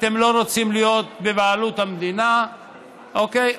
אתם לא רוצים להיות בבעלות המדינה אוקיי.